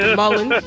mullen